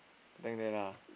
lah